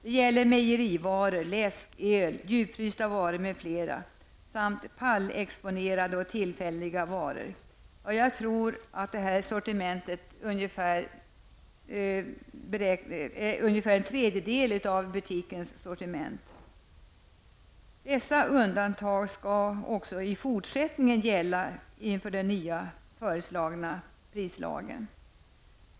Det gäller mejerivaror, läsk, öl, djupfrysta varor m.fl. samt pallexponerade varor och varor som tillfälligt säljs i butiken. Jag tror att det är fråga om cirka en tredjedel av butikens sortiment. Dessa undantag skall gälla också under den nu föreslagna prislagen.